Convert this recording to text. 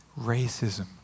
racism